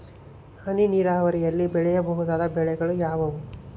ಹನಿ ನೇರಾವರಿಯಲ್ಲಿ ಬೆಳೆಯಬಹುದಾದ ಬೆಳೆಗಳು ಯಾವುವು?